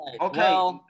Okay